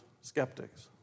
skeptics